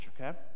Okay